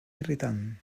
irritant